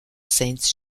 sainz